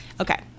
okay